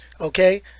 okay